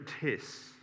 tests